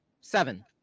seven